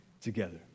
together